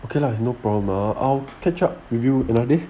okay lah no problem ah I'll catch up with you another day